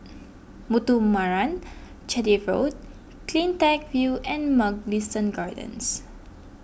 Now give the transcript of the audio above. Muthuraman Chetty Road CleanTech View and Mugliston Gardens